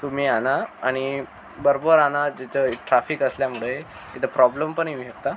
तुम्ही आणा आणि बरोबर आणा ज्याच्यावर ट्राफिक असल्यामुळे इथे प्रॉब्लेम पण येऊ शकतो